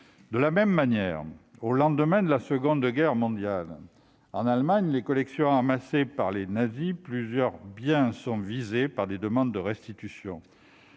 De la même manière, au lendemain de la Seconde Guerre mondiale, en Allemagne, plusieurs des biens amassés par les nazis sont visés par des demandes de restitution.